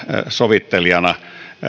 sovittelijana